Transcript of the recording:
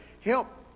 help